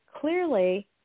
clearly